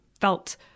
felt